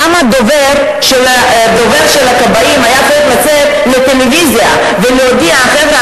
למה דובר של הכבאים היה צריך לצאת לטלוויזיה ולהודיע: חבר'ה,